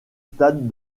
stades